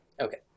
Okay